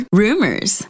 rumors